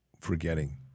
forgetting